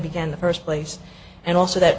began the first place and also that